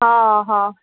हाँ हाँ